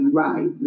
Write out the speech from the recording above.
right